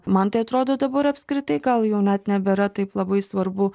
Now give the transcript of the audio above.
man tai atrodo dabar apskritai gal jau net nebėra taip labai svarbu